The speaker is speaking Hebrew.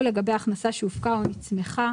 לגבי הכנסה שהופקה או נצמחה